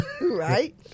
right